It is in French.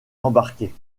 embarqués